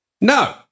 No